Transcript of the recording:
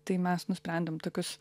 tai mes nusprendėm tokius